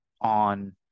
on